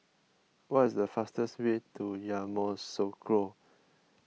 what is the fastest way to Yamoussoukro